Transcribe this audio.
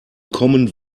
common